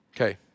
Okay